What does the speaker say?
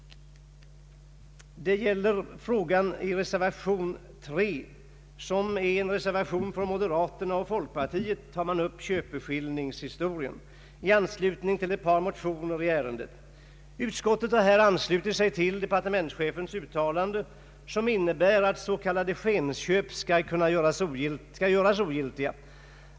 fråga om köpeskillingen, som har behandlats med anledning av ett par motioner. Utskottet har anslutit sig till departementschefens uttalande, som innebär att s.k. skenköp skall göras ogiltiga.